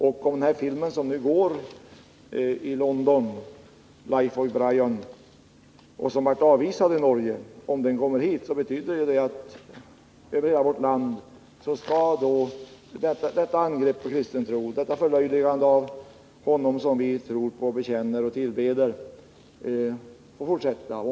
Om den här filmen, som nu går i London — Life of Brian — och som har avvisats i Norge kommer hit, betyder det att över hela vårt land visas detta angrepp på kristen tro, detta förlöjligande av Honom som vi tror på och bekänner och tillber.